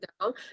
down